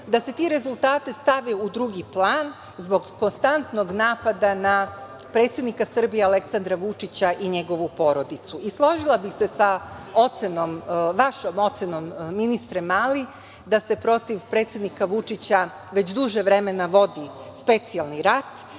da se ti rezultati stave u drugi plan zbog konstantnog napada na predsednika Srbije Aleksandra Vučića i njegovu porodicu. Složila bih se sa vašom ocenom, ministre Mali, da se protiv predsednika Vučića već duže vremena vodi specijalni rat